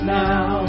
now